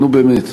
נו באמת.